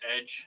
Edge